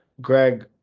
Greg